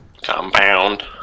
Compound